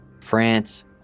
France